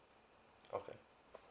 okay